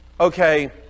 okay